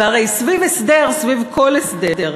הרי סביב הסדר, סביב כל הסדר,